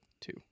two